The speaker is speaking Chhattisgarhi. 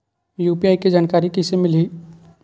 यू.पी.आई के जानकारी कइसे मिलही?